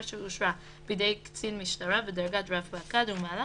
שאושרה בידי קצין משטרה בדרגת רב פקד ומעלה